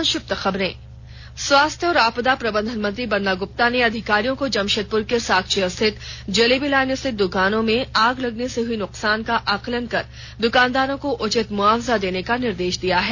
संक्षिप्त खबरें स्वास्थ्य और आपदा प्रबंधन मंत्री बन्ना गुप्ता ने अधिकारियों को जमशेदपुर के साकची स्थित जलेबी लाइन स्थित दुकानों में आग लगने से हुई नुकसान का आकलन कर दुकानदारों को उचित मुआवजा देने का निर्देश दिया है